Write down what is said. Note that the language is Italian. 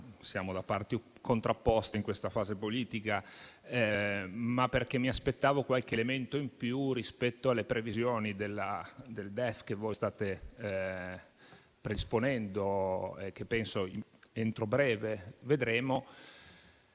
siamo parti contrapposte in questa fase politica, ma perché mi aspettavo qualche elemento in più rispetto alle previsioni del DEF che state predisponendo e che penso vedremo